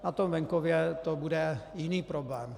Na venkově to bude jiný problém.